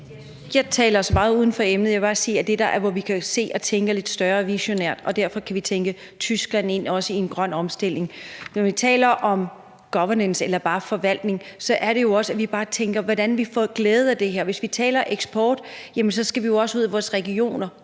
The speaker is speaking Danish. Jeg vil bare sige, at det jo er der, hvor vi kan se og tænke lidt større og visionært, og derfor kan vi tænke Tyskland ind også i en grøn omstilling. Når vi taler om governance eller bare forvaltning, så er det jo også, at vi bare tænker på, hvordan vi får glæde af det her. Hvis vi taler eksport, så skal vi også ud i vores regioner,